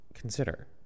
consider